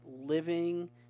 living